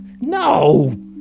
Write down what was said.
No